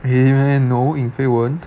really meh no yin fei won't